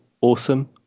Awesome